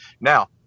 Now